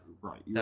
Right